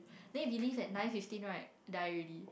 then if you leave at nine fifteen right die already